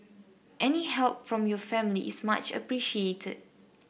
any help from your family is much appreciated